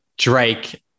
drake